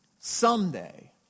Someday